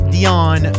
Dion